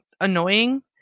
annoying